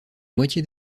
moitié